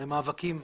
אחרי מאבקים,